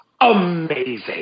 amazing